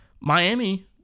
Miami